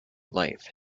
life